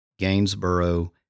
Gainesboro